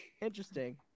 Interesting